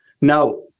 Now